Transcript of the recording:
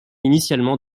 initialement